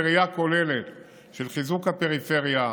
בראייה כוללת של חיזוק הפריפריה,